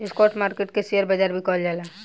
stock market के share बाजार भी कहल जाला